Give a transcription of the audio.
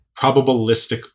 probabilistic